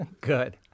Good